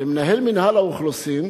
למנהל מינהל האוכלוסין,